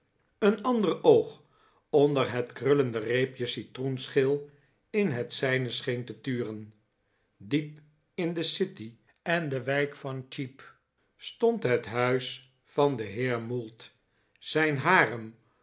een ander oog onder het krullende reepje citroenschil in het zijne scheen te turen diep in de city en de wijk van cheap stond het huis van den heer mould zijn harem